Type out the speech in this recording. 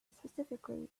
specifically